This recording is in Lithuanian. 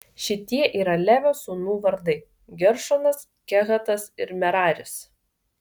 šitie yra levio sūnų vardai geršonas kehatas ir meraris